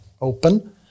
open